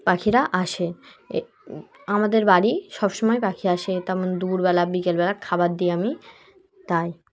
পাখিরা আসে এ আমাদের বাড়ি সব সময় পাখি আসে তেমন দুপুরবেলা বিকেলবেলা খাবার দিই আমি তাই